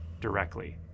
directly